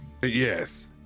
Yes